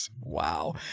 Wow